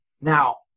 Now